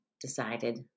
decided